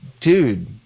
dude